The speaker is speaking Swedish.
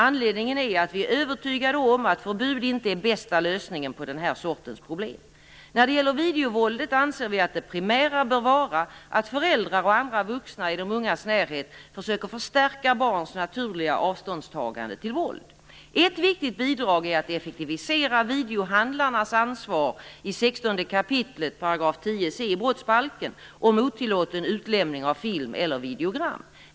Anledningen är att vi är övertygade om att förbud inte är den bästa lösningen på den här sortens problem. När det gäller videovåldet anser vi att det primära bör vara att föräldrar och andra vuxna i de ungas närhet försöker förstärka barns naturliga avståndstagande till våld. Ett viktigt bidrag är att effektivisera videohandlarnas ansvar i 16 kap. § 10 c i brottsbalken om otillåten utlämning av film eller videogram.